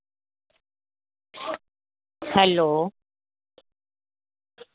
hello